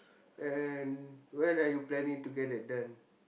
and when are you planning to get that done